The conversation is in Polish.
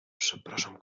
przepraszam